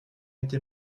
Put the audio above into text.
été